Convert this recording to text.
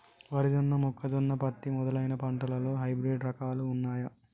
వరి జొన్న మొక్కజొన్న పత్తి మొదలైన పంటలలో హైబ్రిడ్ రకాలు ఉన్నయా?